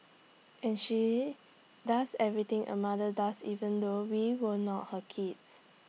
and she does everything A mother does even though we were not her kids